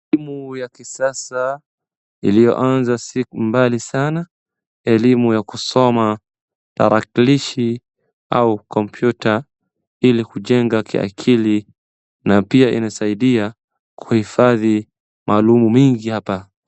Elimu ya kisasa iliyoanza mbali sana, elimu ya kusoma tarakilishi au kompyuta ili kujenga kiakili na pia inasaidia kuhifadhi maalumu mingi hapa.